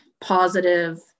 positive